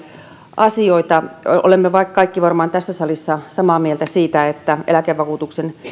asioita olemme varmaan kaikki tässä salissa samaa mieltä siitä että eläkevakuutuksen